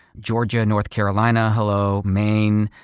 georgia, north carolina, hello, maine,